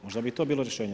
Možda bi to bilo rješenje.